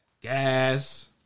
gas